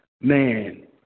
man